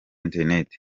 interineti